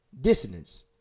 dissonance